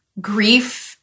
grief